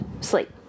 sleep